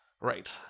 Right